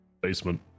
Basement